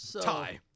Tie